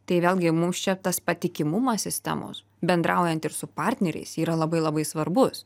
tai vėlgi mums čia tas patikimumas sistemos bendraujant ir su partneriais yra labai labai svarbus